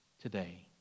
Today